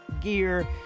gear